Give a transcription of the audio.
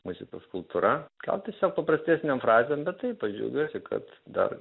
muzikos kultūra gal tiesiog paprastesnėm frazėm bet taip aš džiaugiuosi kad dar